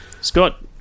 Scott